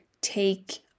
take